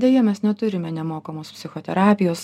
deja mes neturime nemokamos psichoterapijos